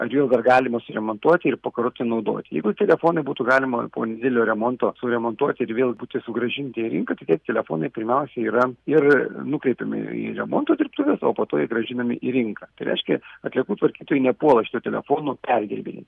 ar juos dar galima suremontuoti ir pakartotinai naudoti jeigu telefonai būtų galima po nedidelio remonto suremontuoti ir vėl būti sugrąžinti į rinką tai tie telefonai pirmiausiai yra ir nukreipiami į remonto dirbtuves o po to jie grąžinami į rinką tai reiškia atliekų tvarkytojai nepuola šitų telefonų perdirbinėti